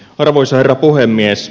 arvoisa herra puhemies